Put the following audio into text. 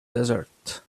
desert